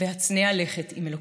והצנע לכת עם אלוקיך".